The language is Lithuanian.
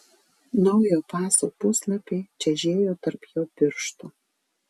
naujo paso puslapiai čežėjo tarp jo pirštų